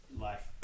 Life